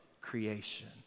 creation